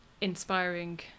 inspiring